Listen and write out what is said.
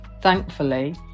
thankfully